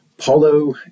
Paulo